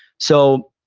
so,